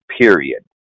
period